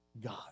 God